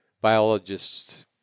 biologists